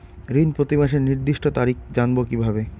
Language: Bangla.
ঋণ প্রতিমাসের নির্দিষ্ট তারিখ জানবো কিভাবে?